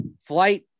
flight